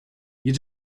you